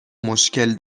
مشکل